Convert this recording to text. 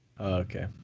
Okay